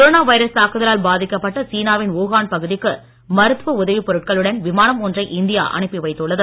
corona virus தாக்குதலால் பாதிக்கப்பட்ட சீனாவின் வூஹான் பகுதிக்கு மருத்துவ உதவி பொருட்களுடன் விமானம் ஒன்றை இந்தியா அனுப்பி வைத்துள்ளது